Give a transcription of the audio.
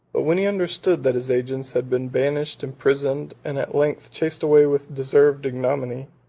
but when he understood that his agents had been banished, imprisoned, and at length chased away with deserved ignominy,